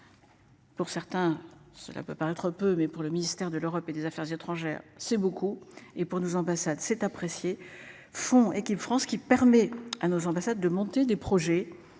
Pour certains, cela peut paraître peu mais pour le ministère de l'Europe et des Affaires étrangères. C'est beaucoup et pour nos ambassades s'est apprécié font équipe France ce qui permet à nos ambassades de monter des projets